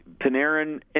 Panarin